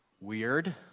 weird